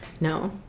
no